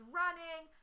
running